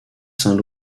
saint